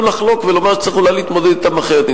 לחלוק ולומר שצריך אולי להתמודד אתם אחרת.